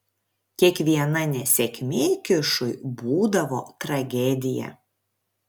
kiekviena nesėkmė kišui būdavo tragedija